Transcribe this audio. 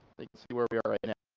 see where we are right now.